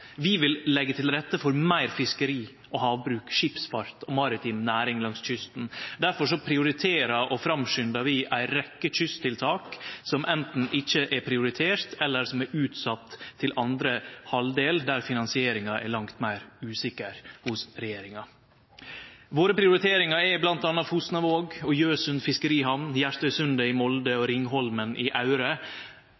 Vi vil leggje til rette for meir fiskeri og havbruk, skipsfart og maritim næring langs kysten. Difor prioriterer og framskundar vi ei rekkje kysttiltak som anten ikkje er prioriterte eller er utsette til andre halvdel, der finansieringa er langt meir usikker hos regjeringa. Våre prioriteringar er bl.a. Fosnavåg og Gjøsund fiskerihamner, Hjertøysundet i Molde